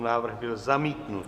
Návrh byl zamítnut.